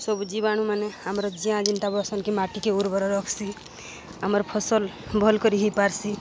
ସବୁ ଜୀବାଣୁମାନେ ଆମର ଜିଆଁ ଜିନଟା ବ ଆସନକେ ମାଟିକେ ଉର୍ବର ରଖ୍ସି ଆମର ଫସଲ ଭଲ୍ କରି ହେଇପାର୍ସି